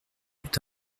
eut